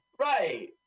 Right